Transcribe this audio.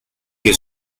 que